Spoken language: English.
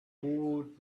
pulled